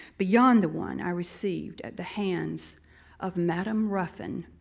beyond the one i receieved at the hands of madame ruffin,